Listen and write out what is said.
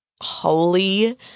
holy